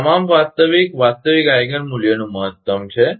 તે તમામ વાસ્તવિક વાસ્તવિક આઈગન મૂલ્યનું મહત્તમ છે